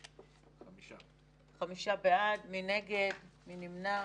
5 נגד, אין נמנעים,